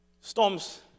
Storms